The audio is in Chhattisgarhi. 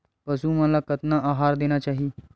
पशु मन ला कतना आहार देना चाही?